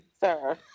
sir